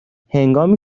هنگامی